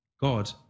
God